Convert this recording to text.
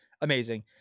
amazing